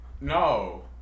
No